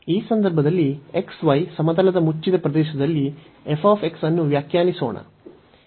ಈ ಸಂದರ್ಭದಲ್ಲಿ x y ಸಮತಲದ ಮುಚ್ಚಿದ ಪ್ರದೇಶದಲ್ಲಿ ಅನ್ನು ವ್ಯಾಖ್ಯಾನಿಸೋಣ